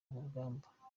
urugamba